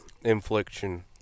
infliction